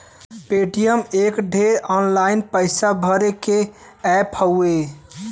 Paytm एक ठे online पइसा भरे के ऐप हउवे